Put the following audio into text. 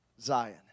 Zion